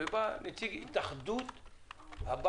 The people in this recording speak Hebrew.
וישב פה נציג של התאחדות הבנקים.